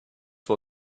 for